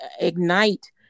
ignite